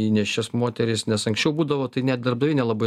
į nėščias moteris nes anksčiau būdavo tai net darbdaviai nelabai